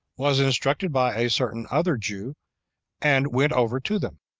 was instructed by a certain other jew and went over to them.